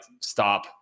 stop